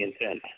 intent